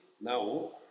now